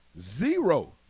Zero